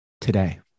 today